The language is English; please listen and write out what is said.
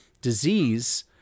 disease